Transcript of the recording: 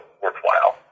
worthwhile